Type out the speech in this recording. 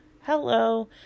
Hello